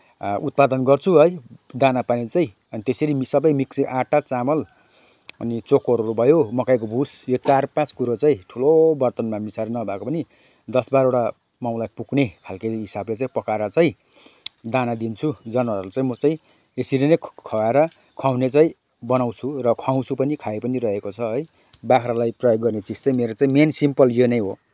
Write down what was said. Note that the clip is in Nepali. उत्पादन गर्छु है दानापानी चाहिँ अनि त्यसरी सबै मिक्सिङ आँटा चामल अनि चोकरहरू भयो मकैको भुस यो चार पाँच कुरो चाहिँ ठुलो बर्तनमा मिसाएर नभएको पनि दस बाह्रवटा माउलाई पुग्ने खालको त्यही हिसाबले चाहिँ पकाएर चाहिँ दाना दिन्छु जनावरहरूलाई म चाहिँ यसरी नै खुवाएर खुवाउने चाहिँ बनाउँछु र खुवाउँछु पनि खाइ पनि रहेको छ है बाख्रालाई प्रयोग गर्ने चिज चाहिँ मेरो चाहिँ मेन सिम्पल यो नै हो